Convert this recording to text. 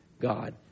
god